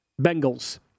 Bengals